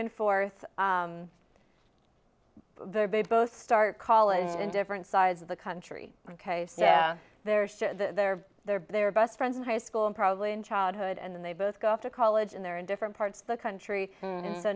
and forth their baby both start college and different sides of the country ok yeah they're they're they're they're best friends in high school and probably in childhood and they both go off to college and they're in different parts of the country so